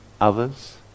others